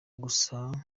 gusa